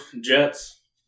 Jets